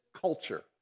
Culture